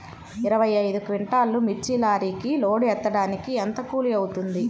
ఇరవై ఐదు క్వింటాల్లు మిర్చి లారీకి లోడ్ ఎత్తడానికి ఎంత కూలి అవుతుంది?